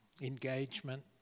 engagement